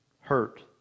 hurt